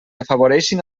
afavoreixin